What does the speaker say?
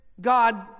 God